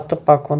پَتہٕ پَکُن